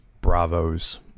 bravos